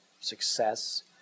success